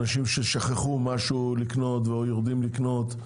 אנשים ששכחו לקנות משהו ויורדים רגע לקנות במכולת,